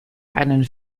einen